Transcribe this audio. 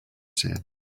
said